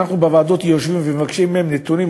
אנחנו בוועדות יושבים ומבקשים מהם נתונים,